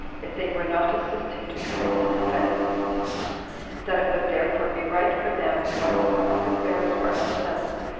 if they were not assisting to him in this advancement that it would therefore be right for them, while the public affairs were unsettled,